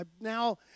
Now